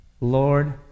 Lord